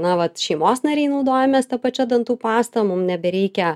na vat šeimos nariai naudojamės ta pačia dantų pasta mum nebereikia